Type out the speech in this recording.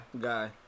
Guy